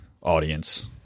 audience